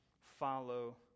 follow